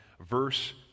verse